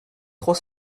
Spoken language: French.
trois